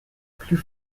plus